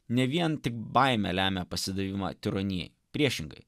ne vien tik baimė lemia pasidavimą tironijai priešingai